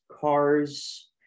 Cars